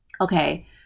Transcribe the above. okay